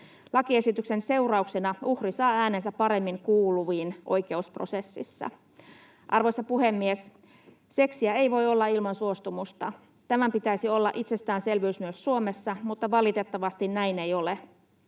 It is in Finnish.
Lakiesityksen seurauksena uhri saa äänensä paremmin kuuluviin oikeusprosessissa. Arvoisa puhemies! Seksiä ei voi olla ilman suostumusta. Tämän pitäisi olla itsestäänselvyys myös Suomessa, mutta valitettavasti näin ei ole.